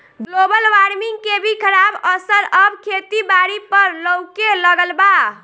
global warming के भी खराब असर अब खेती बारी पर लऊके लगल बा